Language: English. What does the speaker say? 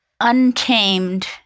untamed